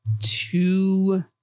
two